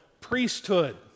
priesthood